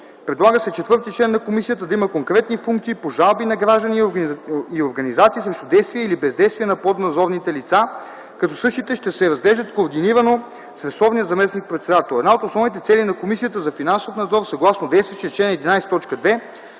Предлага се четвъртият член на комисията да има конкретни функции по жалби на граждани и организации срещу действия или бездействия на поднадзорните лица, като същите ще се разглеждат координирано с ресорния заместник-председател. Една от основните цели на Комисията за финансов надзор, съгласно действащия чл. 11,